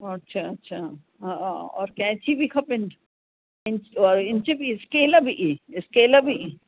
अछा अछा हा और कैंची बि खपेनि इंच इंच बि स्केल बि स्केल बि